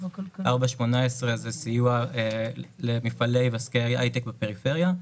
4.18 זה סיוע למפעלים ועסקי הייטק בפריפריה,